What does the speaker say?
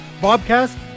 bobcast